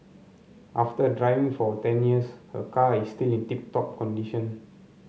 after driving for ten years her car is still in tip top condition